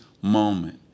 moment